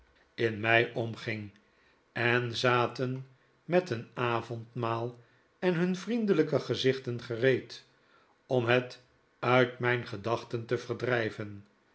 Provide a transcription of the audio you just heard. in mij omging en zaten met een avondmaal en hun vriendelijke gezichten gereed om het uit mijn gedachten te verdrijven